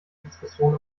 diskussion